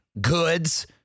goods